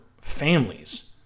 families